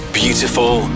beautiful